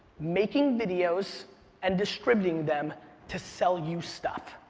making videos and distributing them to sell you stuff.